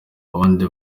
abandi